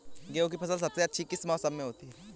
गेंहू की फसल सबसे अच्छी किस मौसम में होती है?